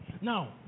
Now